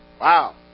Wow